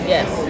Yes